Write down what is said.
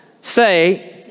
say